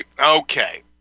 okay